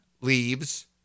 leaves